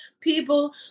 people